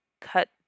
cut